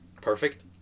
perfect